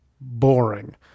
boring